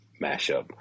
mashup